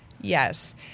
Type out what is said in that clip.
Yes